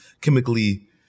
chemically